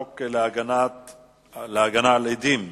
ממשיכים